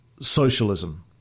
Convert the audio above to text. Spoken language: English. socialism